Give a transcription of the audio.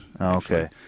Okay